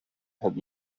had